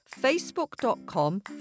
facebook.com